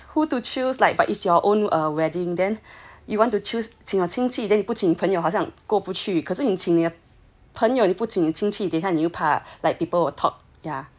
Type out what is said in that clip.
only 50 pax who to choose like but it's your own wedding then you want to choose 请亲戚不请朋友好像过不去可是请朋友的不请亲戚 like people will talk yeah